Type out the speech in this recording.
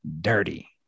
dirty